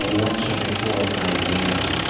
and once every four or five years,